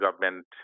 government